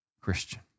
Christian